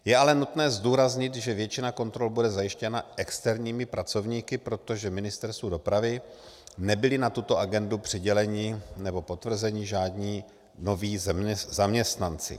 Je ale nutné zdůraznit, že většina kontrol bude zajištěna externími pracovníky, protože Ministerstvu dopravy nebyli na tuto agendu přiděleni nebo potvrzeni žádní noví zaměstnanci.